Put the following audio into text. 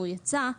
הוא יצא,